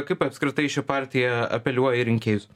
kaip apskritai ši partija apeliuoja į rinkėjus